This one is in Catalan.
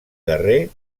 guerrer